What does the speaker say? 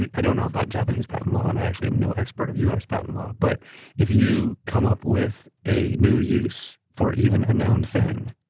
and i don't know about japanese patent law, and i actually am no expert of us patent law, but if you come up with a new use for even a known thing,